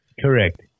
Correct